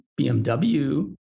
BMW